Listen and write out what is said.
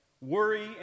Worry